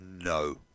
no